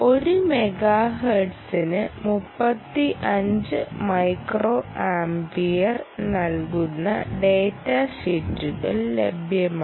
ഒരു മെഗാഹെർട്സിന് 35 micro amps നൽകുന്ന ഡാറ്റാഷീറ്റുകൾ ലഭ്യമാണ്